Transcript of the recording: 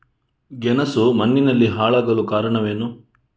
ಗೆಣಸು ಮಣ್ಣಿನಲ್ಲಿ ಹಾಳಾಗಲು ಕಾರಣವೇನು?